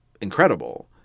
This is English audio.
incredible